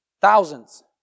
Thousands